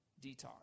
detox